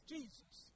Jesus